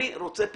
אני רוצה פתרון.